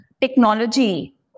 technology